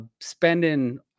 spending